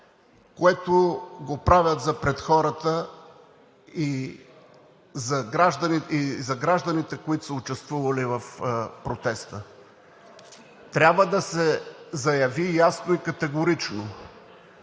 което го правят за пред хората и за пред гражданите, които са участвали в протеста. Трябва да се заяви ясно и категорично: